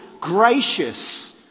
gracious